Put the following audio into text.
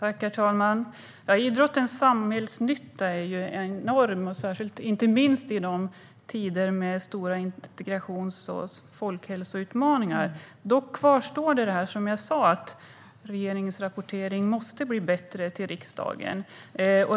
Herr talman! Idrottens samhällsnytta är enorm, inte minst i tider med stora integrations och folkhälsoutmaningar. Dock kvarstår det som jag sa: att regeringens rapportering till riksdagen måste bli bättre.